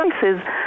choices